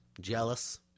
Jealous